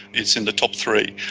it's in the top three.